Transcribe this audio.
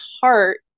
heart